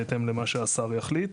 בהתאם למה שהשר יחליט.